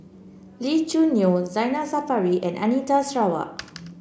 Lee Choo Neo Zainal Sapari and Anita Sarawak